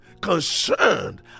concerned